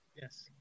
Yes